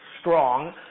strong